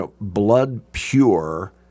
blood-pure